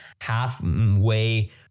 halfway